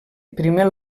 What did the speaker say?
primer